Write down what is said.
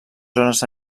zones